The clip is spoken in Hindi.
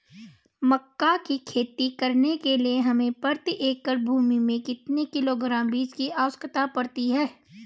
मक्का की खेती करने के लिए हमें प्रति एकड़ भूमि में कितने किलोग्राम बीजों की आवश्यकता पड़ती है?